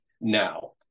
now